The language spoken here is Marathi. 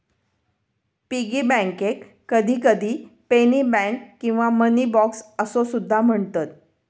पिगी बँकेक कधीकधी पेनी बँक किंवा मनी बॉक्स असो सुद्धा म्हणतत